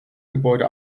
gebäude